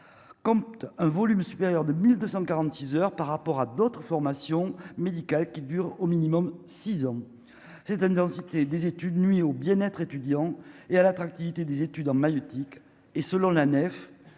comme un volume supérieur de 1246 heures par rapport à d'autres formations médicales qui dure au minimum six ans c'était une densité des études nuit au bien-être étudiant et à l'attractivité des études en maïeutique et selon la